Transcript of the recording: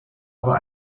aber